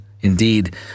indeed